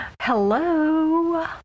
Hello